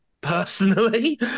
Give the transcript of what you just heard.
personally